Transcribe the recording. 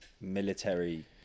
military